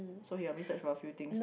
so he help me search for a few thing